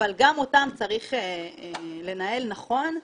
אבל גם אותן צריך לנהל נכון.